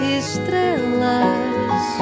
estrelas